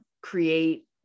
create